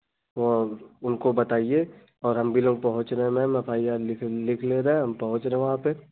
और उनको बताइए और हम भी लोग पहुँच रहे मैम एफ आइ आर लिख लिख ले रहे हैं हम पहुँच रहे वहाँ पर